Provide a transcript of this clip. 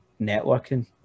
networking